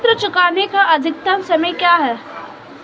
ऋण चुकाने का अधिकतम समय क्या है?